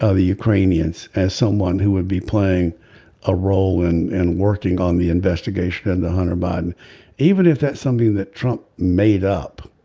ah the ukrainians as someone who would be playing a role and and working on the investigation and one hundred but even if that somebody that trump made up